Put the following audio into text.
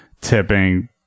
tipping